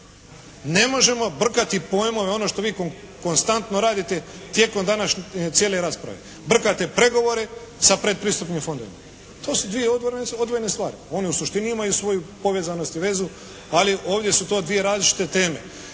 Ne možemo brkati pojmove ono što vi konstantno radite tijekom današnje cijele rasprave. Brkate pregovore sa predpristupnim fondovima, to su dvije odvojene stvari. One u suštini imaju svoju povezanost i vezu, ali ovdje su to dvije različite teme.